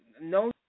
no